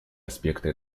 аспекты